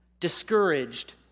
discouraged